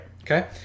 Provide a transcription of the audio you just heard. Okay